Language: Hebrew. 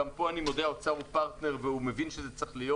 ואני מודה שגם פה האוצר הוא פרטנר והוא מבין שזה צריך להיות,